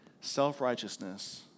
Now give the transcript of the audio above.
self-righteousness